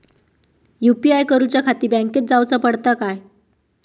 UPI करूच्याखाती बँकेत जाऊचा पडता काय?